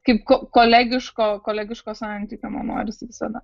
kaip kolegiško kolegiško santykio man norisi visada